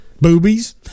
Boobies